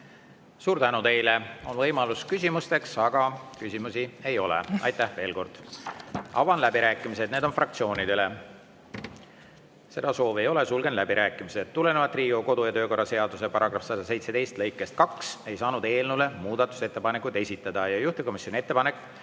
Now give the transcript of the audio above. Suur tänu teile! On võimalus küsimusteks, aga küsimusi ei ole. Aitäh veel kord! Avan läbirääkimised, need on fraktsioonidele. Seda soovi ei ole, sulgen läbirääkimised. Tulenevalt Riigikogu kodu- ja töökorra seaduse § 117 lõikest 2 ei saanud eelnõu kohta muudatusettepanekuid esitada. Juhtivkomisjoni ettepanek